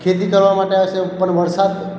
ખેતી કરવા માટે આવે છે ઉપર વરસાદ